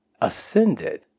ascended